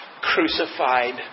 crucified